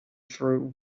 through